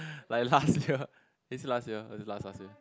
like last year is it last year or is it last last year